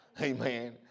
Amen